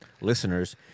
listeners